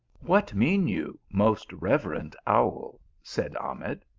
what mean you, most reverend owl? said ahmed.